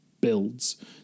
builds